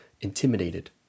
intimidated